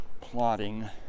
plotting